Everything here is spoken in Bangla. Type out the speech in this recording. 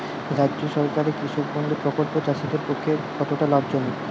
রাজ্য সরকারের কৃষক বন্ধু প্রকল্প চাষীদের পক্ষে কতটা লাভজনক?